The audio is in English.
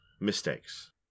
mistakes